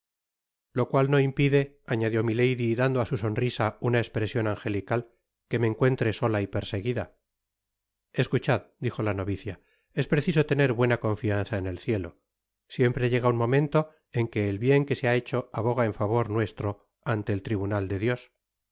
lo cual no impide añadió milady dando á su sonrisa una egpresion angelical que me encuentre sola y perseguida escuchad dijo la novicia es preciso tener buena confianza en el cieto siempre llega un momento en que el bien que se ha hecho aboga en favor nuestro ante el tribunal de dios